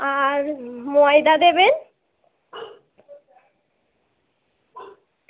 আর ময়দা দেবেন